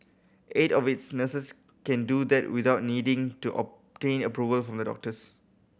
eight of its nurses can do that without needing to obtain approval from the doctors